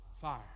fire